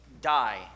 Die